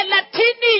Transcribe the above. Latin